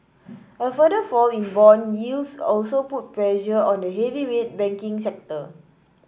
a further fall in bond yields also put pressure on the heavyweight banking sector